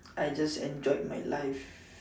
I just enjoyed my life